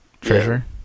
treasure